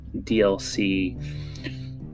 DLC